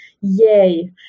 Yay